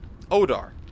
Odar